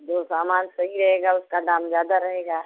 जो सामान सही रहेगा उसका दाम ज़्यादा रहेगा